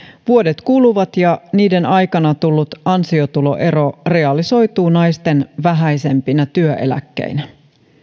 vuodet kuluvat ja niiden aikana tullut ansiotuloero realisoituu naisten vähäisempinä työeläkkeinä